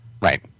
Right